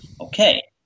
Okay